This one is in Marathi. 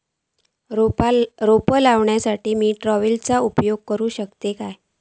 रोपा लाऊक मी ट्रावेलचो उपयोग करू शकतय काय?